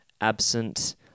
absent